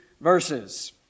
verses